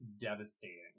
devastating